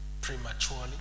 prematurely